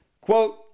Quote